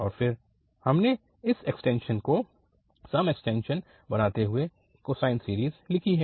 और फिर हमने इस एक्सटेंशन को सम एक्सटेंशन बनाते हुए कोसाइन सीरीज़ लिखी है